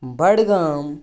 Budgam